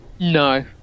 No